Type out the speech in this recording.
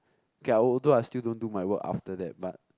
K although I still don't do my work after that but